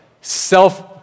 self-